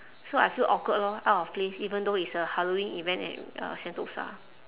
so I feel awkward lor out of place even though it's a halloween event at uh sentosa